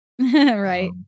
Right